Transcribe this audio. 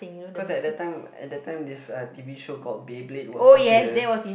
cause at that time at that time this uh t_v show called Beyblade was popular